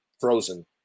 frozen